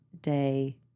day